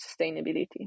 sustainability